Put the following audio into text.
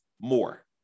more